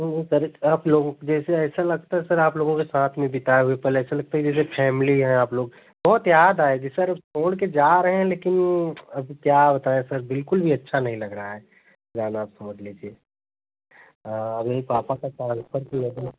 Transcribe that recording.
नहीं सर आप लोगों के जैसे ऐसा लगता हैं सर आप लोगों के साथ में बिताया हुए पल ऐसा लगता है जैसे फैमिली हैं आप लोग बहुत याद आएगी सर छोड़ के जा रहे हैं लेकिन आप क्या बताएँ सर बिल्कुल भी अच्छा नहीं लग रहा है जाना समझ लीजिये मेरे पापा का ट्रांसफर